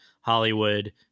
Hollywood